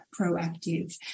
proactive